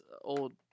old